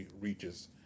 reaches